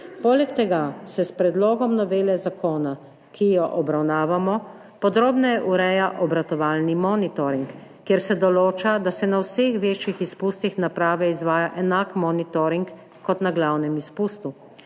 Poleg tega se s predlogom novele zakona, ki jo obravnavamo, podrobneje ureja obratovalni monitoring, kjer se določa, da se na vseh večjih izpustih naprave izvaja enak monitoring kot na glavnem izpustu.